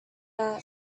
that